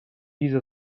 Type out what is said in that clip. diese